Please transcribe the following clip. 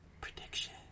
prediction